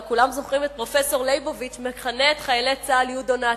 אבל כולם זוכרים את פרופסור ליבוביץ מכנה את חיילי צה"ל "יודונאצים".